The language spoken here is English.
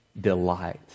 delight